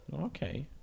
Okay